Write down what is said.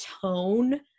tone